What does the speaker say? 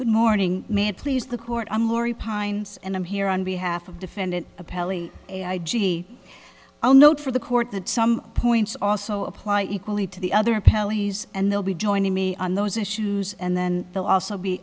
good morning may please the court i'm laurie pines and i'm here on behalf of defendant appellee i g o note for the court that some points also apply equally to the other pelleas and they'll be joining me on those issues and then they'll also be